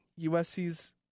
USC's